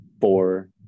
four